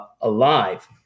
alive